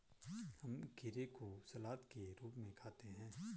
हम खीरे को सलाद के रूप में खाते हैं